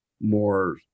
more